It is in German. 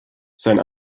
sein